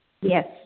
Yes